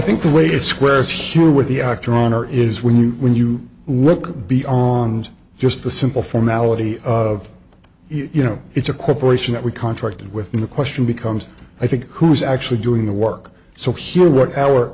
think the way it squares here with the actor honor is when you when you look beyond just the simple formality of you know it's a corporation that we contracted with the question becomes i think who's actually doing the work so sur